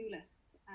lists